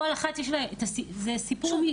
לכל אחד יש סיפור שונה.